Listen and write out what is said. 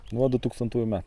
nuo dutūkstantųjų metų